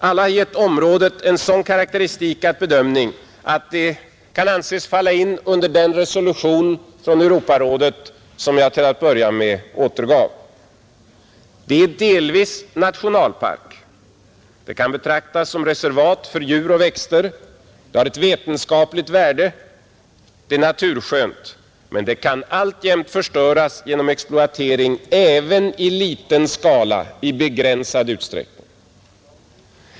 Alla har gett området en sådan karaktäristik eller bedömning, att det kan anses falla in under den resolution från Europarådet som jag till att börja med återgav. Det är delvis nationalpark, det kan betraktas som reservat för djur och växter, det har ett vetenskapligt värde, det är naturskönt, men det kan alltjämt förstöras genom exploatering även i liten skala, i begränsad utsträckning.